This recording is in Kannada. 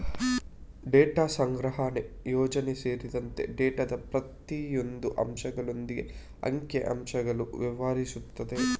ಡೇಟಾ ಸಂಗ್ರಹಣೆಯ ಯೋಜನೆ ಸೇರಿದಂತೆ ಡೇಟಾದ ಪ್ರತಿಯೊಂದು ಅಂಶಗಳೊಂದಿಗೆ ಅಂಕಿ ಅಂಶಗಳು ವ್ಯವಹರಿಸುತ್ತದೆ